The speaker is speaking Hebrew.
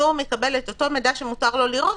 והוא מקבל את אותו מידע שמותר לו לראות,